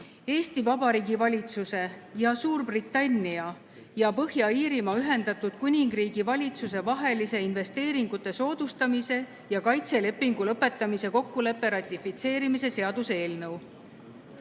Eesti Vabariigi Valitsuse ja Suurbritannia ja Põhja-Iirimaa Ühendatud Kuningriigi Valitsuse vahelise investeeringute soodustamise ja kaitse lepingu lõpetamise kokkuleppe ratifitseerimise seaduse eelnõu.